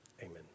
Amen